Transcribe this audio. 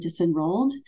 disenrolled